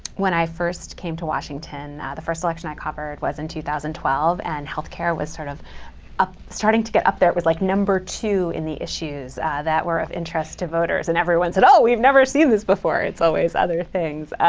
when i first came to washington, ah the first election i covered was in two thousand twelve, and health care was sort of ah starting to get up there. it was like number two in the issues that were of interest to voters. and everyone said oh, we've never seen this before. it's always other things.